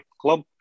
club